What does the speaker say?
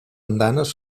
andanes